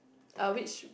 uh which